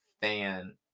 fan